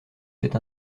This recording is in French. cette